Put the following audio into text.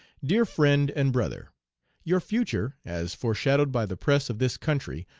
dear friend and brother your future, as foreshadowed by the press of this country,